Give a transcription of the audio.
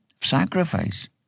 sacrifice